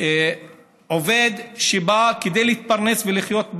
עובד שבא מאפריקה כדי להתפרנס ולחיות.